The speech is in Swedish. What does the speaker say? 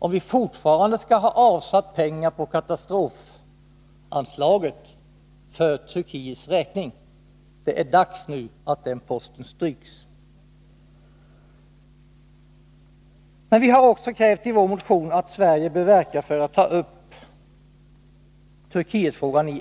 fram vad gäller avsättning av pengar på katastrofanslaget för Turkiets räkning. Det är dags att den posten Nr 33 stryks. Onsdagen den Men vi har i vår motion också krävt att Sverige skall verka för att ta upp 24 november 1982 Turkietfrågan i FN.